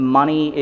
money